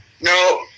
No